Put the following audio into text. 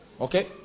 Okay